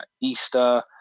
Easter